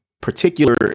particular